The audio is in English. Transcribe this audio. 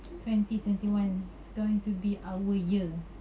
twenty twenty one is going to be our year